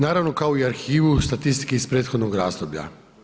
Naravno kao i arhivu, statistike iz prethodnog razdoblja.